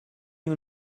you